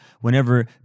Whenever